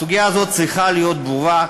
הסוגיה הזאת צריכה להיות ברורה,